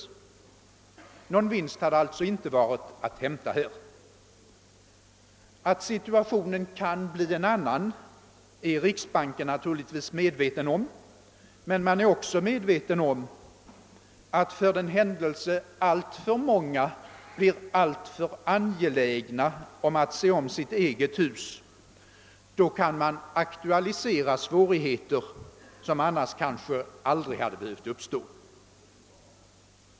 Någon vinst hade således inte varit att hämta här. Att situationen kan bli en annan är naturligtvis riksbanken medveten om, men man är också medveten om att för den händelse alltför många blir alltför angelägna att se om sitt eget hus, kan man aktualisera svårigheter som annars kanske aldrig hade behövt uppstå.